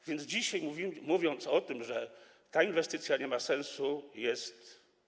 A więc dzisiaj mówienie o tym, że ta inwestycja nie ma sensu, jest.